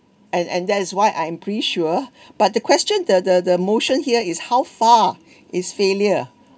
and and that is why I'm pretty sure but the question the the the motion here is how far is failure